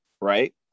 right